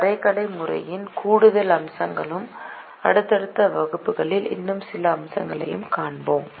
வரைகலை முறையின் கூடுதல் அம்சங்களையும் அடுத்தடுத்த வகுப்புகளில் இன்னும் சில அம்சங்களையும் காண்போம்